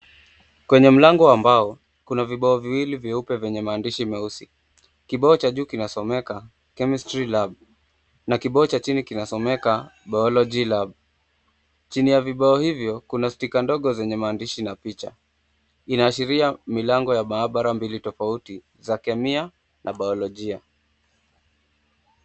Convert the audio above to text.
Kwenye mlango wa bao, kuna vibao viwili vyeupe vyenye maandishi meusi. Kibao cha juu kinasomeka chemistry lab na kibao cha chini kinasomeka biology lab . Chini ya vibao hivyo, kuna stika ndogo zenye maandishi na picha. Inaashiria milango ya maabara mbili tofauti, za kemia na baolojia.